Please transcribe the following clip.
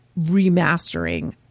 remastering